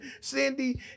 Cindy